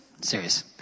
Serious